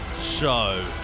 show